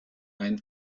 ein